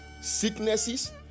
sicknesses